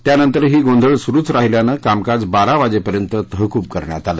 त्यानंतरही गोंधळ सुरूच राहिल्यानं कामकाज बारा वाजेपर्यंत तहकूब करण्यात आलं